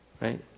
right